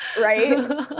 Right